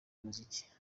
umuziki